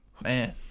Man